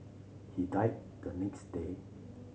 he died the next day